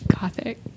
gothic